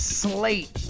slate